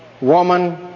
woman